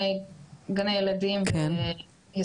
ויסודי.